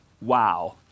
Wow